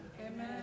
Amen